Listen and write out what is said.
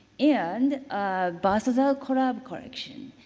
and balthazar korab collection.